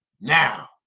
now